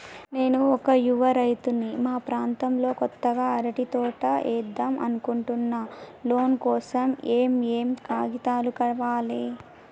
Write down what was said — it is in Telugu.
నేను ఒక యువ రైతుని మా ప్రాంతంలో కొత్తగా అరటి తోట ఏద్దం అనుకుంటున్నా లోన్ కోసం ఏం ఏం కాగితాలు కావాలే?